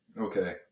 okay